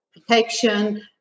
protection